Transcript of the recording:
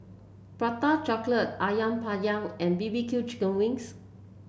Prata Chocolate ayam Penyet and B B Q Chicken Wings